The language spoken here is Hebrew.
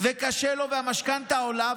וקשה לו והמשכנתה עולה,